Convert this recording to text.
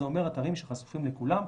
הגלויה זה אומר אתרים שחשופים לכולם,